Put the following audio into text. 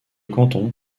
canton